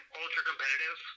ultra-competitive